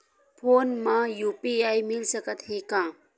Phone मा UPI मिल सकत हे का?